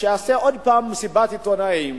שיעשה עוד פעם מסיבת עיתונאים,